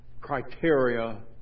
criteria